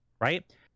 Right